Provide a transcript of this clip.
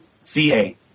CA